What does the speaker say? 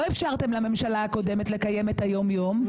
לא אפשרתם לממשלה הקודמת לקיים את היום-יום,